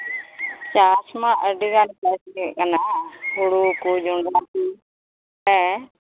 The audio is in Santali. ᱪᱟᱥᱢᱟ ᱟᱹᱰᱤᱜᱟᱱ ᱪᱟᱥᱜᱮ ᱦᱮᱱᱟᱜᱼᱟ ᱦᱩᱲᱩ ᱠᱚ ᱡᱚᱱᱰᱨᱟ ᱠᱚ ᱦᱮᱸ